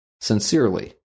Sincerely